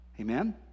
Amen